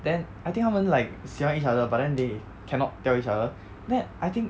then I think 他们 like 喜欢 each other but then they cannot tell each other then I think